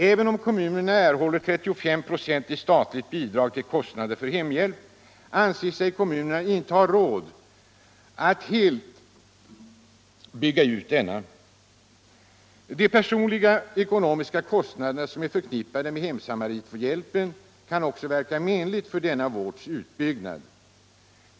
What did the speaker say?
Även om kommunerna crhåller 35 95 i statligt bidrag till kostnader för hemhjälp, anser sig kommunerna inte ha råd att helt bygga ut denna. De personliga ekonomiska kostnader som är förknippade med hemsamarithjälpen kan också verka menligt på denna vårds utbyggnad.